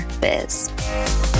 biz